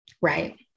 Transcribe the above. Right